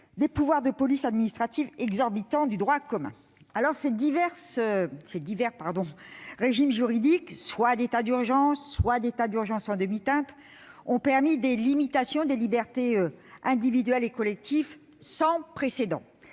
des pouvoirs de police administrative exorbitants du droit commun. Ces divers régimes juridiques, soit d'état d'urgence, soit d'état d'urgence en demi-teinte, ont conduit à une limitation des libertés individuelles et collectives sans précédent